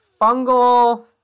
fungal